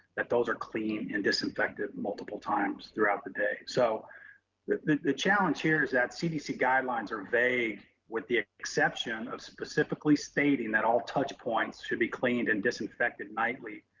that those are cleaned and disinfected multiple times throughout the day. so the the challenge here is that cdc guidelines are vague with the exception of specifically stating that all touch points should be cleaned and disinfected nightly.